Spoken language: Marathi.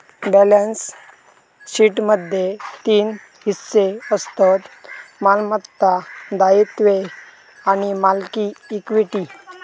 बॅलेंस शीटमध्ये तीन हिस्से असतत मालमत्ता, दायित्वे आणि मालकी इक्विटी